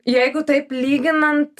jeigu taip lyginant